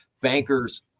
bankers